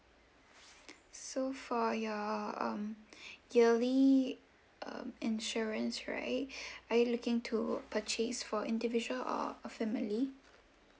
so for your um yearly uh insurance right are you looking to purchase for individual or a family